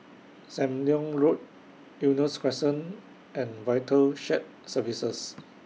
SAM Leong Road Eunos Crescent and Vital Shared Services